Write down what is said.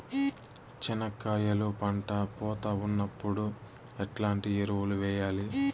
చెనక్కాయలు పంట పూత ఉన్నప్పుడు ఎట్లాంటి ఎరువులు వేయలి?